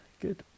good